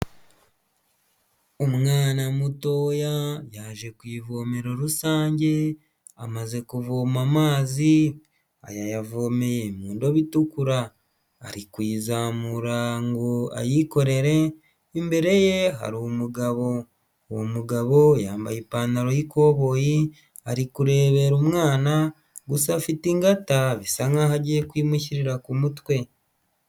Umwana mutoya yaje ku ivomero rusange amaze kuvoma amazi ayavomeye mu ndobo itukura, ari kuzamura ngo ayikorere imbere ye hari umugabo uwo mugabo yambaye ipantaro y'ikoboyi, ari kurebera umwana gusa afite ingata bisa nkaho agiye kuyimushyirira ku mutwe.